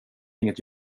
inget